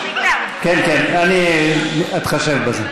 כן, כן, אני אתחשב בזה.